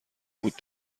بود